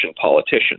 politicians